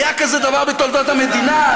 היה כזה דבר בתולדות המדינה?